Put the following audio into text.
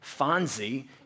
Fonzie